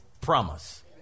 promise